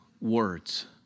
words